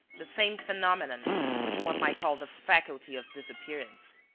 the same phenomenon which one might call the faculty of disappearance.